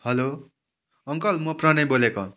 hello uncle म प्रणय बोलेको